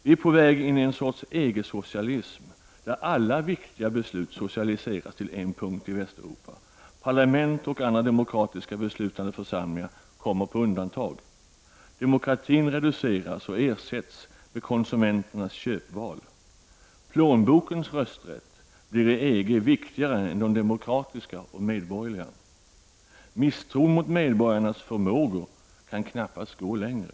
Vi är på väg in i en sorts EG-socialism, där alla viktiga beslut centraliseras till en punkt i Västeuropa. Parlament och andra demokratiska beslutande församlingar kommer på undantag. Demokratin reduceras och ersätts med konsumenternas köpval. Plånbokens rösträtt blir i EG viktigare än den demokratiska och medborgerliga. Misstron mot medborgarnas förmåga kan knappast gå längre.